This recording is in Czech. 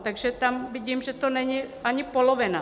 Takže tam vidím, že to není ani polovina.